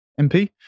MP